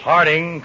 Harding